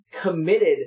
committed